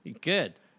Good